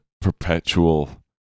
perpetual